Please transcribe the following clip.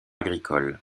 agricole